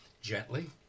Gently